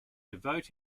devote